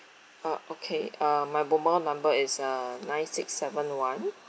uh okay uh my mobile number is uh nine six seven one